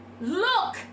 Look